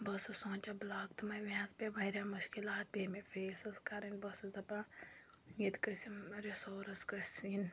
بہٕ ٲسٕس سونٛچان بہٕ لاگہٕ تِمَے مےٚ حظ پے واریاہ مُشکِلات پے مےٚ فیس حظ کَرٕنۍ بہٕ ٲسٕس دَپان ییٚتہِ گٔژھۍ یِم رِسورٕس گٔژھۍ یِنۍ